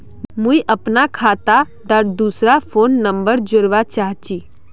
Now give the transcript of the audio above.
मुई अपना खाता डात दूसरा फोन नंबर जोड़वा चाहची?